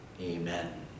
amen